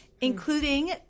including